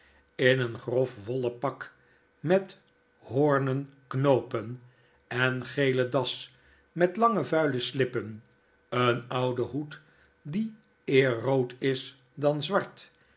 in een grof wollen pak met hoornen knoopen en gelen das met lange vuile slippen een ouden hoed die eer rood is dan zwart